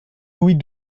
louis